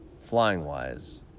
flying-wise